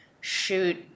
shoot